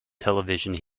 television